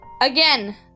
Again